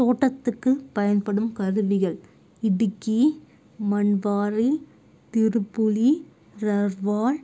தோட்டத்துக்கு பயன்படும் கருவிகள் இடுக்கி மண்பாறை திருப்புளி ரர்வாள்